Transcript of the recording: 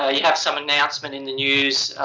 ah you have some announcement in the news